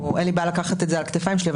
אין לי בעיה לקחת את זה על הכתפיים שלי,